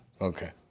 Okay